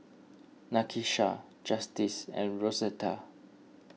Nakisha Justice and Rosetta